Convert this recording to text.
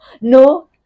no